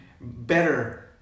better